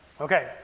Okay